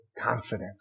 confidence